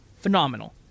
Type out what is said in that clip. phenomenal